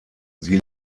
sie